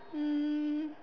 um